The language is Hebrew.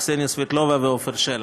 קסניה סבטלובה ועפר שלח.